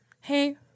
Hey